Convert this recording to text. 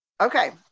Okay